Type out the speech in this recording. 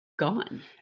Gone